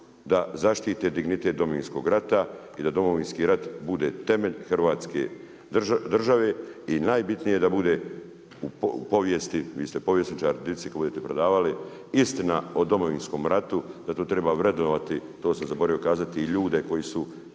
da zaštite dignitet Domovinskog rata i da Domovinski rat bude temelj Hrvatske države i najbitnije da bude u povijesti, vi ste povjesničar, dici kad budete predavali, istina o Domovinskom ratu, da to treba vrednovati. To sam zaboravio kazati i ljude koji su